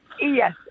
Yes